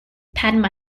padma